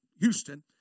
Houston